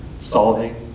solving